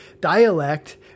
dialect